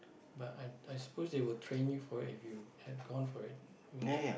but I I suppose they will train you for it if you had gone for it won't they